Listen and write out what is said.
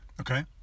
Okay